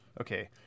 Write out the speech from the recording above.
okay